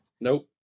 Nope